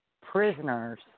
prisoners